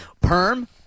Perm